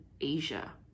Asia